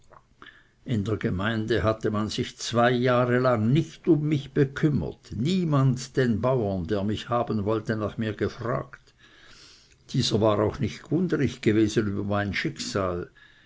an der gemeinde hatte man sich zwei jahre lang nicht um mich bekümmert niemand den bauern der mich haben sollte nach mir gefragt dieser war auch nicht g'wundrig gewesen über mein schicksal